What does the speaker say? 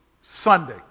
Sunday